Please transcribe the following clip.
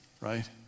Right